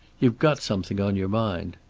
you've got something on your mind.